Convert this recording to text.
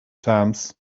times